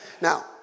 Now